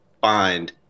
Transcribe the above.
find